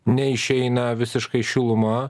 neišeina visiškai šiluma